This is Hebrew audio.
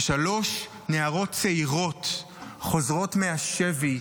ששלוש נערות צעירות חוזרות מהשבי,